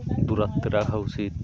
দূরত্বে রাখা উচিত